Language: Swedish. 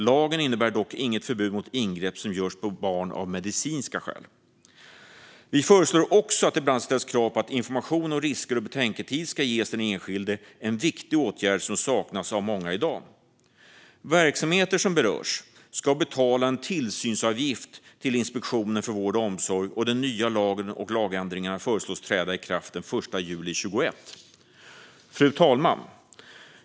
Lagen innebär dock inget förbud mot ingrepp som görs på barn av medicinska skäl. Vi föreslår också att det bland annat ställs krav på att information om risker och betänketid ska ges till den enskilde. Det är en viktig åtgärd som saknas av många i dag. Verksamheter som berörs ska betala en tillsynsavgift till Inspektionen för vård och omsorg, och den nya lagen och lagändringarna föreslås träda i kraft den 1 juli 2021. Fru talman!